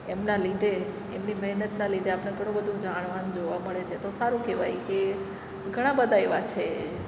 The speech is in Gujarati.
એમના લીધે એમની મહેનત ના લીધે આપણે ઘણું બધું જાણવા અન જોવા મળે છે તો સારું કહેવાય કે ઘણા બધા એવા છે